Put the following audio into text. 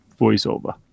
voiceover